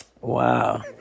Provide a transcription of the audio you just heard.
Wow